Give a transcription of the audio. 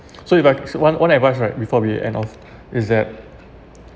so if I so one one advice right before we end off is that